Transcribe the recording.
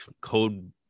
code